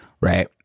right